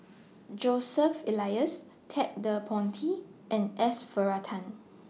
Joseph Elias Ted De Ponti and S Varathan